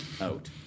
out